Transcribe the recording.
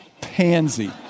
Pansy